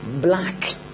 black